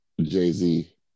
Jay-Z